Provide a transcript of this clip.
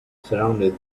surrounded